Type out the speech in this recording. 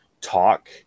talk